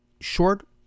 short